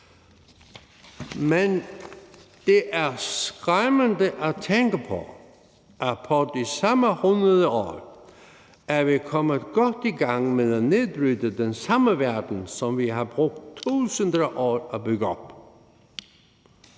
Men det er skræmmende at tænke på, at på de samme 100 år er vi kommet godt i gang med at nedbryde den samme verden, som vi har brugt tusinder af år på at bygge op.